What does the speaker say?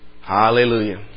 Hallelujah